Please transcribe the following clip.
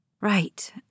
Right